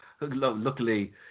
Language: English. Luckily